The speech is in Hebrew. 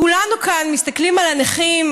כולנו כאן מסתכלים על הנכים